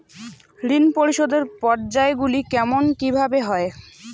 ঋণ পরিশোধের পর্যায়গুলি কেমন কিভাবে হয়?